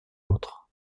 l’autre